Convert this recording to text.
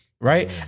Right